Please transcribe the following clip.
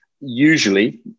Usually